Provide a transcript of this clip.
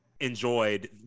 enjoyed